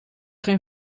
geen